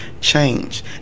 change